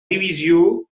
divisió